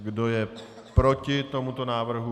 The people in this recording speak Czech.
Kdo je proti tomuto návrhu?